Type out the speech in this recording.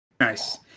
Nice